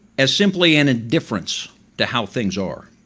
as simply an indifference to how things are.